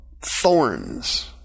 thorns